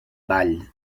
ball